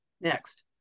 next